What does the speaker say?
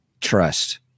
trust